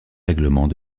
règlement